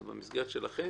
זה במסגרת שלכם,